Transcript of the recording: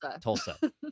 Tulsa